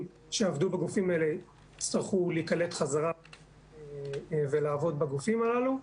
שעבדו בגופים האלה יצטרכו להיקלט חזרה ולעבוד בגופים הללו.